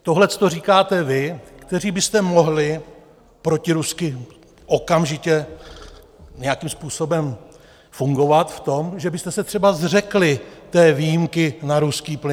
Tohleto říkáte vy, kteří byste mohli protirusky okamžitě nějakým způsobem fungovat v tom, že byste se třeba zřekli té výjimky na ruský plyn?